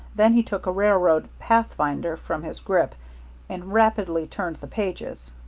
then he took a railroad pathfinder from his grip and rapidly turned the pages.